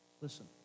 Listen